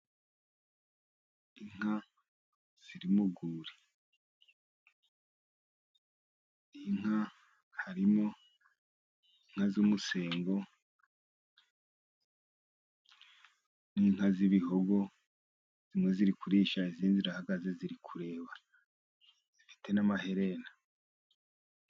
Inka ziri mu rwuri. Inka harimo inka z'umusengo, n'inka z'ibihogo, zirimo kurisha izindi zirahagaze, ziri kureba zifite n'amaherena.